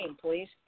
please